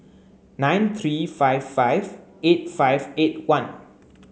nine three five five eight five eight one